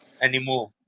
anymore